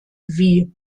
wie